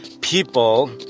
people